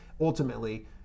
ultimately